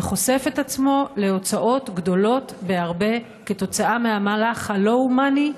וחושף את עצמו להוצאות גדולות בהרבה כתוצאה מהמהלך הלא-הומני,